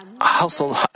household